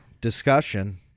discussion